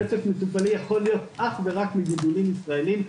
רצף טיפולי יכול להיות אך ורק מגידולים ישראליים,